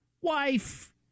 wife